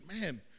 man